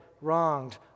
wronged